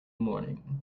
morning